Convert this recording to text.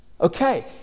Okay